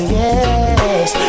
yes